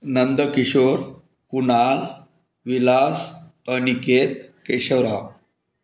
Nandkishor Kunal Vilas Aniket Keshavrao